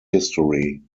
history